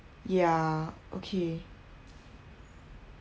ya okay